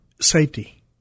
safety